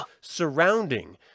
surrounding